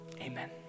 amen